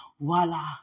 Voila